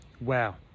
Wow